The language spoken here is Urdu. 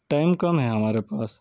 ٹائم کم ہے ہمارے پاس